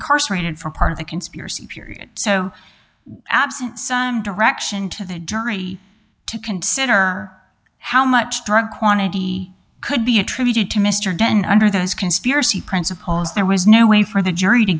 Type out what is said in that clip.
incarcerated for part of the conspiracy period so absent some direction to the jury to consider how much drug quantity could be attributed to mr dent under those conspiracy principles there was no way for the jury to